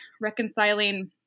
reconciling